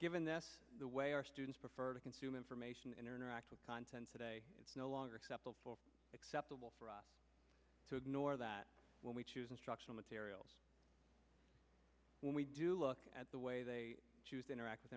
given that the way our students prefer to consume information interact with content today is no longer acceptable for us to ignore that when we choose instructional materials when we do look at the way they interact with